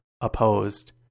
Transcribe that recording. opposed